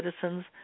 citizens